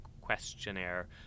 questionnaire